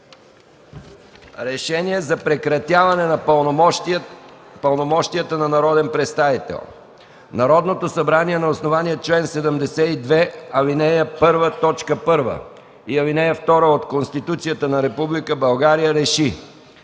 „РЕШЕНИЕ за прекратяване на пълномощията на народен представител Народното събрание на основание чл. 72, ал. 1, т. 1 и ал. 2 от Конституцията на Република България РЕШИ: